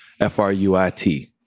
F-R-U-I-T